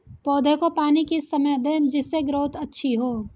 पौधे को पानी किस समय दें जिससे ग्रोथ अच्छी हो?